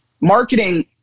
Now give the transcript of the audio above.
marketing